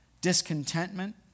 Discontentment